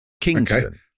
Kingston